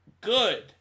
good